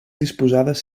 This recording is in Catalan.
disposades